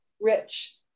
rich